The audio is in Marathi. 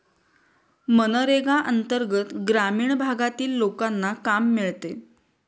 मनरेगा अंतर्गत ग्रामीण भागातील लोकांना काम मिळते